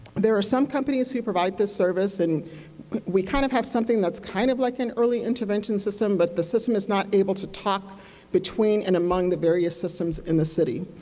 there are some companies who provide this service, and we kind of have something that's kind of like an early intervention system, but the system is not able to talk between and among the various systems in the city.